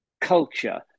culture